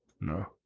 No